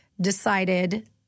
decided